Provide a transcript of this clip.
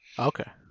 Okay